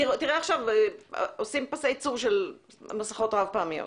תראה עכשיו, עושים פסי ייצור של מסכות רב פעמיות.